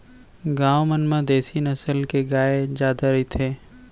गॉँव मन म देसी नसल के गाय जादा रथे